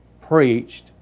preached